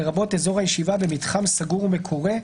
לרבות אזור הישיבה במתחם סגור ומקורה,